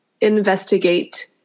investigate